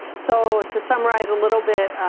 so, to summarize a little bit,